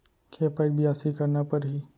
के पइत बियासी करना परहि?